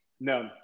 No